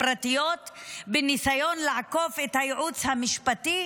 פרטיות בניסיון לעקוף את הייעוץ המשפטי,